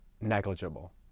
negligible